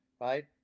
right